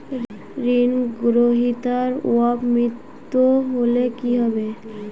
ঋণ গ্রহীতার অপ মৃত্যু হলে কি হবে?